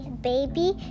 baby